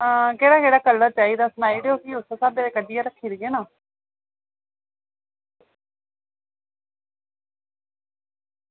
आं केह्ड़ा केह्ड़ा कलर चाहिदा सनाई ओड़ेओ भी उस्सै स्हाबै दे कड्ढियै रक्खी ओड़गे ना